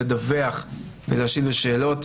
לדווח ולהשיב לשאלות,